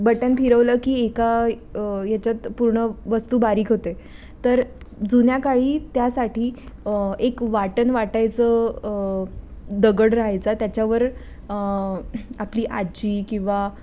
button फिरवलं की एका याच्यात पूर्ण वस्तू बारीक होते तर जुन्या काळी त्यासाठी एक वाटण वाटायचं दगड राहायचा त्याच्यावर आपली आजी किंवा